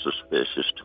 suspicious